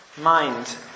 mind